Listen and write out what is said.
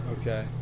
okay